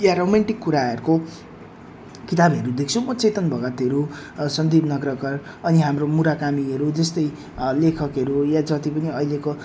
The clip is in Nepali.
या रोम्यान्टिक कुराहरूको किताबहरू देख्छु म चेतन भगतहरू सन्दीप नगरकर अनि हाम्रो मुराकामीहरू जस्तै लेखकहरू या जति पनि अहिलेको